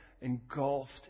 engulfed